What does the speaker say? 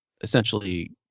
essentially –